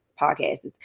podcasts